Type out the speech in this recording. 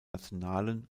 nationalen